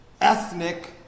ethnic